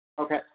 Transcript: Okay